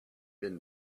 been